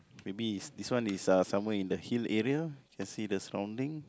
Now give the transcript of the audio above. maybe is this one is uh somewhere in the hill area can see the surrounding